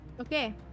Okay